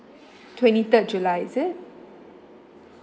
twenty third july is it